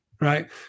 right